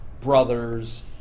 brothers